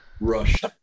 Rushed